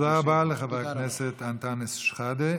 תודה רבה לחבר הכנסת אנטאנס שחאדה.